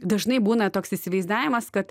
dažnai būna toks įsivaizdavimas kad